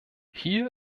hier